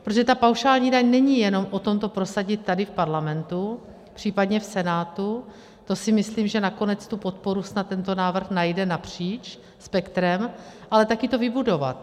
Protože ta paušální daň není jenom o tom to prosadit tady v parlamentu, případně v Senátu, to si myslím, že nakonec tu podporu snad tento návrh najde napříč spektrem, ale také to vybudovat.